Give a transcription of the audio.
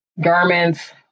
garments